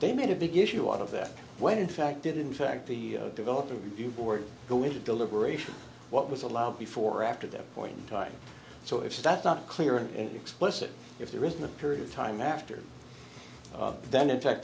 they made a big issue out of that when in fact did in fact the developer review board go into deliberation what was allowed before or after that point in time so if that's not clear and explicit if there isn't a period of time after that in fact